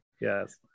yes